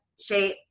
shape